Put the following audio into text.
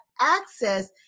access